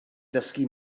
ddysgu